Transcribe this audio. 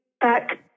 back